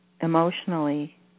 emotionally